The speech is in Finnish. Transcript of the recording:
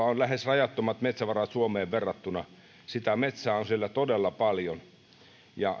on lähes rajattomat metsävarat suomeen verrattuna sitä metsää on siellä todella paljon ja